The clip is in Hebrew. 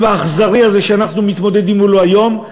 האכזרי הזה שאנחנו מתמודדים מולו היום,